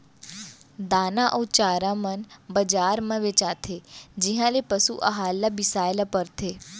दाना अउ चारा मन बजार म बेचाथें जिहॉं ले पसु अहार ल बिसाए ल परथे